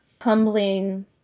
humbling